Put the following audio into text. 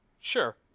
Sure